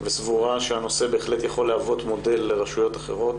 וסבורה שזה בהחלט יכול להוות מודל לרשויות אחרות